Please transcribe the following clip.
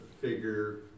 figure